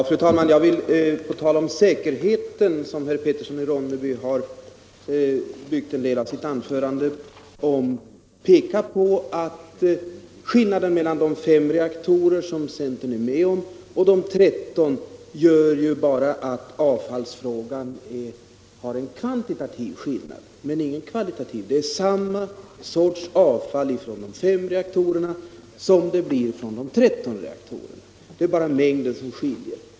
Fru talman! Beträffande säkerheten, som herr Petersson i Ronneby har byggt en del av sitt anförande på, vill jag framhålla att skillnaden mellan de fem reaktorer som centern är med på och de tretton i fråga om avfallet endast är mängden men inte arten. Det är samma sorts avfall från de fem som det blir från de tretton reaktorerna. Endast mängden skiljer.